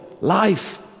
life